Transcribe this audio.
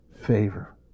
favor